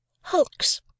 Hulks